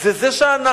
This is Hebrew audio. זה זה שאנחנו,